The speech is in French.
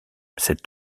cet